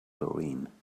chlorine